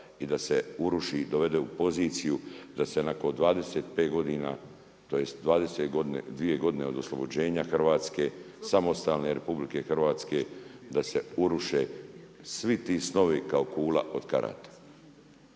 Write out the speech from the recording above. i da se uruši i dovede u poziciju da se nakon 25 godina tj. 22 godine od oslobođenja samostalne RH da se uruše svi ti snovi kao kula od karata.